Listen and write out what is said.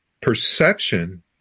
perception